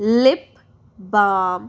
lip balm